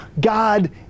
God